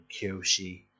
Kyoshi